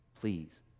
please